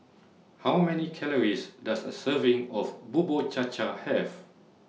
How Many Calories Does A Serving of Bubur Cha Cha Have